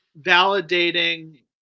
validating